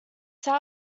sat